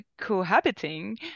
cohabiting